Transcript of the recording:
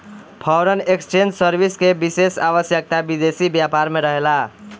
foreign exchange service के विशेष आवश्यकता विदेशी व्यापार में रहेला